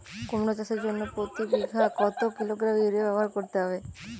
কুমড়ো চাষের জন্য প্রতি বিঘা কত কিলোগ্রাম ইউরিয়া ব্যবহার করতে হবে?